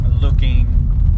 looking